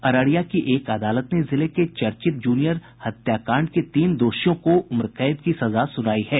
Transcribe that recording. अररिया की एक अदालत ने जिले के चर्चित जूनियर इंजीनियर हत्याकांड के तीन दोषियों को उम्र कैद की सजा सुनाई है